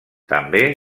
també